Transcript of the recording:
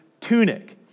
tunic